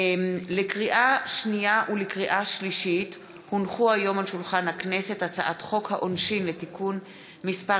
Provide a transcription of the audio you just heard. לקריאה שנייה ולקריאה שלישית: הצעת חוק העונשין (תיקון מס'